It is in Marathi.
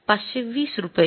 ५२० रुपये